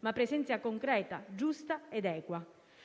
ma presenza concreta, giusta ed equa.